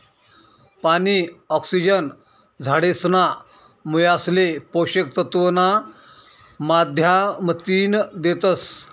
पानी, ऑक्सिजन झाडेसना मुयासले पोषक तत्व ना माध्यमतीन देतस